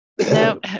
No